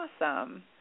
Awesome